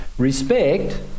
Respect